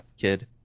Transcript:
kid